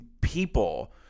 people